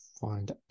find